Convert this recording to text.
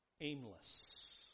aimless